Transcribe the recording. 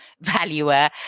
valuer